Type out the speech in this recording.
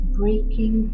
breaking